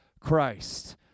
Christ